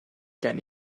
gen